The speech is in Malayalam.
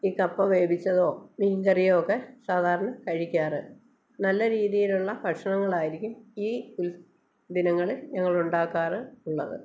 ഈ കപ്പ വേവിച്ചതോ മീൻ കറിയൊക്കെ സാധാരണ കഴിക്കാറ് നല്ല രീതിയിലുള്ള ഭക്ഷണങ്ങളായിരിക്കും ഈ ഉൽ ദിനങ്ങൾ ഞങ്ങൾ ഉണ്ടാക്കാറ് ഉള്ളത്